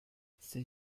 c’est